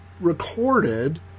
recorded